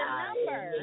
number